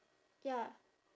ya